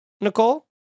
nicole